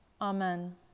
Amen